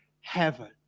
heaven